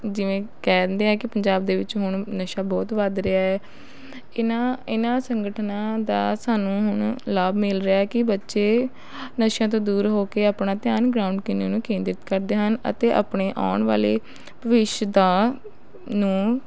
ਜਿਵੇਂ ਕਹਿੰਦੇ ਆ ਕਿ ਪੰਜਾਬ ਦੇ ਵਿੱਚ ਹੁਣ ਨਸ਼ਾ ਬਹੁਤ ਵੱਧ ਰਿਹਾ ਹੈ ਇਨ੍ਹਾਂ ਇਨ੍ਹਾਂ ਸੰਗਠਨਾਂ ਦਾ ਸਾਨੂੰ ਹੁਣ ਲਾਭ ਮਿਲ ਰਿਹਾ ਕਿ ਬੱਚੇ ਨਸ਼ਿਆਂ ਤੋਂ ਦੂਰ ਹੋ ਕੇ ਆਪਣਾ ਧਿਆਨ ਗਰਾਊਂਡ ਕੰਨੀ ਨੂੰ ਕੇਂਦਰਿਤ ਕਰਦੇ ਹਨ ਅਤੇ ਆਪਣੇ ਆਉਣ ਵਾਲੇ ਭਵਿੱਖ ਦਾ ਨੂੰ